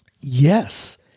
yes